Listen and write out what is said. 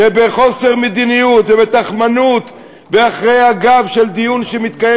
כשבחוסר מדיניות ובתכמנות ומאחורי הגב של דיון שמתקיים